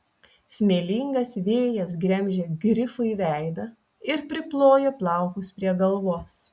smėlingas vėjas gremžė grifui veidą ir priplojo plaukus prie galvos